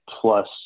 plus